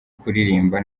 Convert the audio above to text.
kuririmba